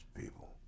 people